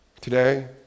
today